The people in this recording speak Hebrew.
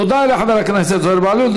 תודה לחבר הכנסת זוהיר בהלול.